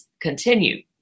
continue